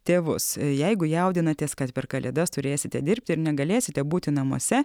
tėvus jeigu jaudinatės kad per kalėdas turėsite dirbti ir negalėsite būti namuose